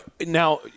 now